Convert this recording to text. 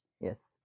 Yes